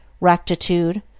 rectitude